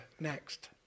next